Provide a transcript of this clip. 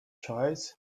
choice